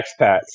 expats